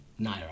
naira